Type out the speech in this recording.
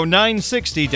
960